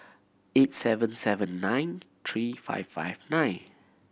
eight seven seven nine three five five nine